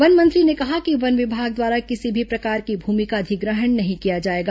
one मंत्री ने कहा कि वन विभाग द्वारा किसी भी प्रकार की भूमि का अधिग्रहण नहीं किया जाएगा